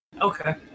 Okay